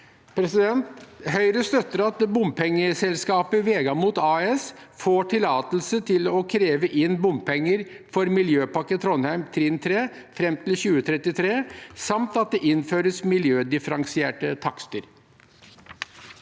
Høyre støtter at bompengeselskapet Vegamot AS får tillatelse til å kreve inn bompenger for Miljøpakke Trondheim trinn 3 fram til 2033, samt at det innføres miljødifferensierte takster.